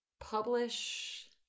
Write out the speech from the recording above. publish